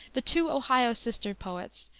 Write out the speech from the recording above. the two ohio sister poets,